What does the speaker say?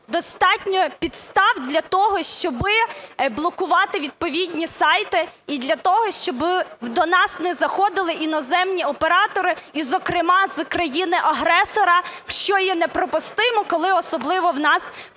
достатньо підстав для того, щоб блокувати відповідні сайти, і для того, щоб до нас не заходили іноземні оператори, і зокрема з країни-агресора, що є неприпустимо, коли особливо в нас в